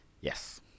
Yes